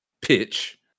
pitch